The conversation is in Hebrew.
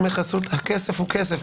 הכסף הוא כסף.